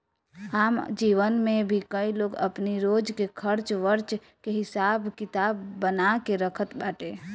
आम जीवन में भी कई लोग अपनी रोज के खर्च वर्च के हिसाब किताब बना के रखत बाटे